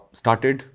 started